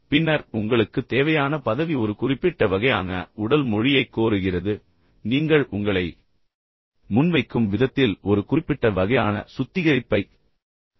பின்னர் உங்களுக்குத் தேவையான பதவி ஒரு குறிப்பிட்ட வகையான உடல் மொழியைக் கோருகிறது நீங்கள் உங்களை முன்வைக்கும் விதத்தில் ஒரு குறிப்பிட்ட வகையான சுத்திகரிப்பைக் கோருகிறது